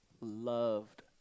loved